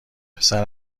پسر